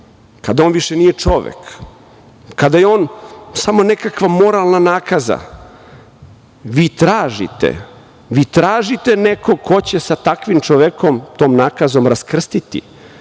kada on više nije čovek, kada je on samo nekakva moralna nakaza, vi tražite nekog ko će sa takvim čovekom, tom nakazom, raskrstiti,